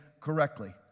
correctly